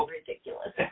ridiculous